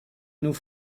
nous